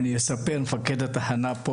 ואני אספר כי מפקד התחנה פה,